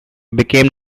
became